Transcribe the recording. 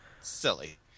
silly